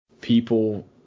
People